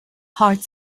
heart